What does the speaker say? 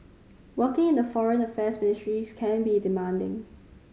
working in the Foreign Affairs Ministry can be demanding